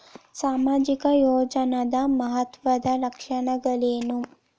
ಸಾಮಾಜಿಕ ಯೋಜನಾದ ಮಹತ್ವದ್ದ ಲಕ್ಷಣಗಳೇನು?